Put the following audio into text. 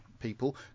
people